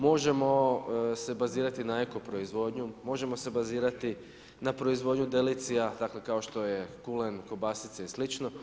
Možemo se bazirati na eko proizvodnju, možemo se bazirati na proizvodnju delicija, dakle kao što je kulen, kobasice i slično.